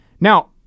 Now